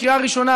בקריאה ראשונה,